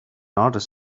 artist